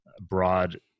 broad